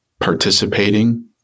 participating